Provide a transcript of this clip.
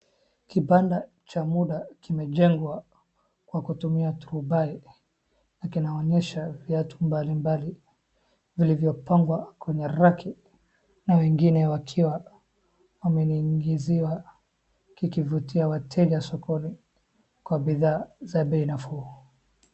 Kibanda cha muda kimejengwa kwa kutumia turufani , na kinaonyesha viatu mbalimbali vilivyo pangwa kwenye raki na wengine wakiwa wameninginiziwa kikivutia wateja sokoni kwa bidhaa za bei nafuu.